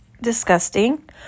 disgusting